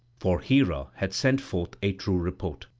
for hera had sent forth a true report.